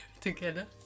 together